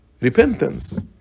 Repentance